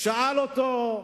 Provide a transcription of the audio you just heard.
שאל אותו: